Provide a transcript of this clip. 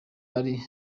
ari